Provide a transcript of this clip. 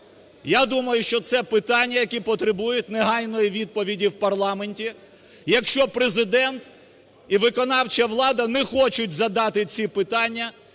Я думаю, що це питання, які потребують негайної відповіді у парламенті, якщо Президента і виконавча влада не хочуть задати ці питання